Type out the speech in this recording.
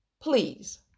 please